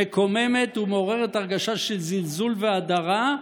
מקוממת ומעוררת הרגשה של זלזול והדרה,